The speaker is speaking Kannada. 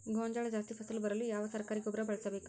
ಗೋಂಜಾಳ ಜಾಸ್ತಿ ಫಸಲು ಬರಲು ಯಾವ ಸರಕಾರಿ ಗೊಬ್ಬರ ಬಳಸಬೇಕು?